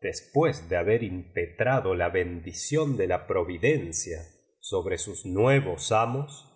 después de ixaber impetrado la bendición de la providencia sobre sus nuevos amos